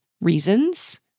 reasons